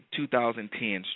2010